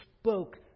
spoke